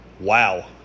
wow